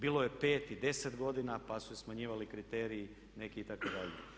Bilo je 5 i 10 godina, pa su se smanjivali kriteriji neki itd.